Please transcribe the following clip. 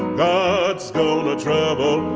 god's gonna trouble